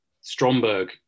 Stromberg